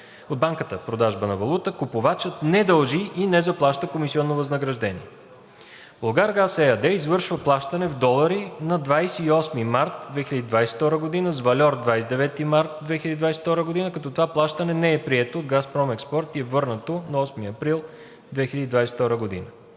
от банката продажба на валута, купувачът не дължи и не заплаща комисионно възнаграждение. „Булгаргаз“ ЕАД извършва плащане в долари на 28 март 2022 г., с вальор 29 март 2022 г., като това плащане не е прието от „Газпром Експорт“ и е върнато на 8 април 2022 г.